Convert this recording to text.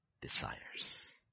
Desires